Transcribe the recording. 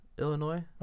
Illinois